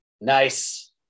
Nice